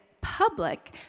public